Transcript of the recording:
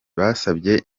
basabye